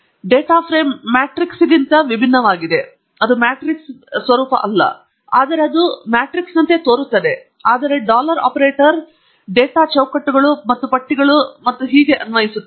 data frame ಮ್ಯಾಟ್ರಿಕ್ಸ್ಗಿಂತ ವಿಭಿನ್ನವಾಗಿದೆ ಆದರೆ ಇದು ಮ್ಯಾಟ್ರಿಕ್ಸ್ನಂತೆ ಕಾಣುತ್ತದೆ ಆದರೆ ಡಾಲರ್ ಆಪರೇಟರ್ ಡೇಟಾ ಚೌಕಟ್ಟುಗಳು ಮತ್ತು ಪಟ್ಟಿಗಳು ಮತ್ತು ಹೀಗೆ ಅನ್ವಯಿಸುತ್ತದೆ